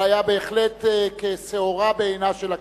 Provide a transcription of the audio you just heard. אבל היה בהחלט כשעורה בעינה של הכנסת.